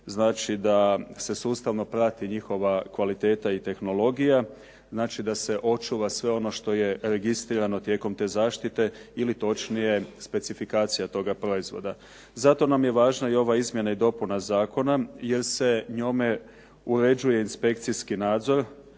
da se sustavno prati njihova kvaliteta i tehnologija, znači da se očuva sve ono što je registrirano tijekom te zaštite ili točnije specifikacija toga proizvoda. Zato nam je važna i ova izmjena i dopuna zakona jer se njome uređuje inspekcijski nadzor